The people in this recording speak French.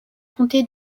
comté